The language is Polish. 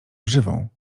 grzywą